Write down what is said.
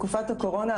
הקורונה,